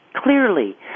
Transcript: Clearly